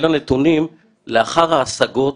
אלא נתונים לאחר ההשגות,